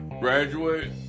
graduate